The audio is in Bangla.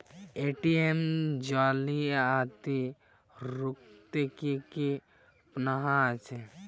এ.টি.এম জালিয়াতি রুখতে কি কি পন্থা আছে?